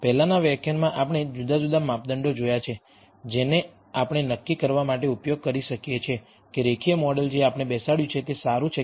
પહેલાનાં વ્યાખ્યાનમાં આપણે જુદા જુદા માપદંડો જોયાં છે જેનો આપણે નક્કી કરવા માટે ઉપયોગ કરી શકીએ છીએ કે રેખીય મોડેલ જે આપણે બેસાડ્યું છે તે સારું છે કે નહીં